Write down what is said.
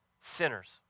sinners